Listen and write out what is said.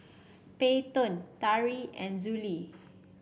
Peyton Tari and Zollie